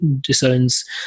disowns